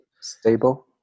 Stable